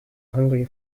hungry